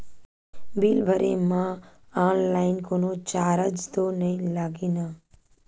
Bill भरे मा online कोनो चार्ज तो नई लागे ना?